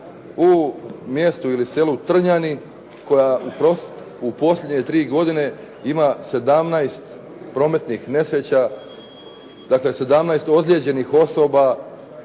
u mjestu ili selu Trnjani koja u posljednje tri godine ima 17 prometnih nesreća, dakle, 17 ozlijeđenih osoba